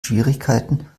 schwierigkeiten